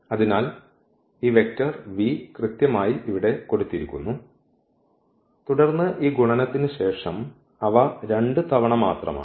അതിനാൽ ഈ vector v കൃത്യമായി ഇവിടെ കൊടുത്തിരിക്കുന്നു തുടർന്ന് ഈ ഗുണനത്തിന് ശേഷം അവ 2 തവണ മാത്രമാണ്